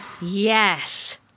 Yes